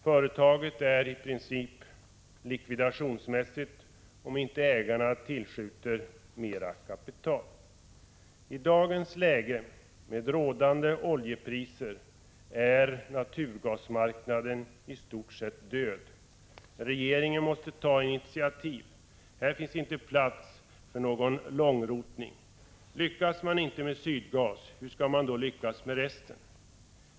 Företaget är i princip likvidationsmässigt, om inte ägarna tillskjuter mera kapital. I dagens läge, med rådande oljepriser, är naturgasmarknaden i stort sett död. Regeringen måste ta initiativ. Här finns inte plats för någon långrotning. Lyckas man inte med Sydgas, hur skall man då lyckas med resten?